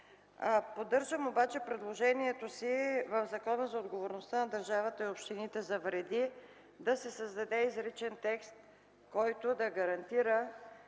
Поддържам обаче предложението си в Закона за отговорността на държавата и общините за вреди да се създаде изричен текст, който да гарантира